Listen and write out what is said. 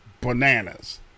bananas